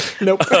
Nope